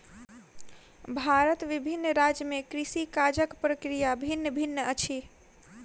भारतक विभिन्न राज्य में कृषि काजक प्रक्रिया भिन्न भिन्न अछि